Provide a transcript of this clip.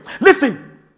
Listen